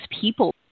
people